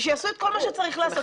ושיעשו את כל מה שצריך לעשות.